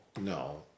no